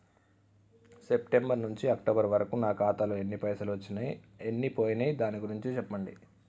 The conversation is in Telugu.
సెప్టెంబర్ నుంచి అక్టోబర్ వరకు నా ఖాతాలో ఎన్ని పైసలు వచ్చినయ్ ఎన్ని పోయినయ్ దాని గురించి చెప్పండి?